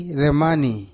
remani